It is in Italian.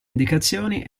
indicazioni